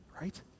right